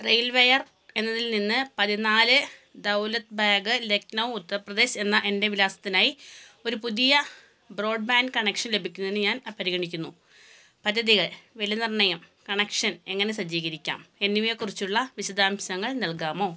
റെയിൽവയർ എന്നതിൽ നിന്ന് പതിനാല് ദൗലത് ബാഗ് ലഖ്നൗ ഉത്തർപ്രദേശ് എന്ന എൻ്റെ വിലാസത്തിനായി ഒരു പുതിയ ബ്രോഡ്ബാൻഡ് കണക്ഷൻ ലഭിക്കുന്നതിനു ഞാൻ പരിഗണിക്കുന്നു പദ്ധതികൾ വിലനിർണ്ണയം കണക്ഷൻ എങ്ങനെ സജ്ജീകരിക്കാം എന്നിവയെക്കുറിച്ചുള്ള വിശദാംശങ്ങൾ നൽകാമോ